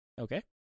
Okay